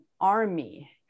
army